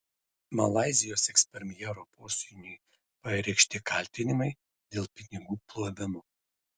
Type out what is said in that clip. malaizijos ekspremjero posūniui pareikšti kaltinimai dėl pinigų plovimo